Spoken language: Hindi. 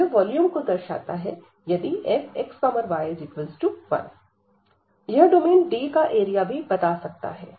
यह वॉल्यूम को दर्शाता है यदि fxy1 यह डोमेनD का एरिया भी बता सकता है